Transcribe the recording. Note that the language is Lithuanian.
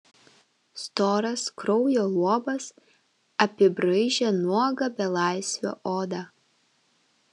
storas kraujo luobas apibraižė nuogą belaisvio odą